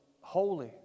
holy